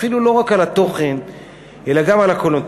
אפילו לא רק על התוכן אלא גם על הקונוטציה.